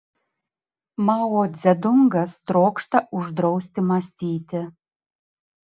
mao dzedungas trokšta uždrausti mąstyti